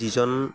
যিজন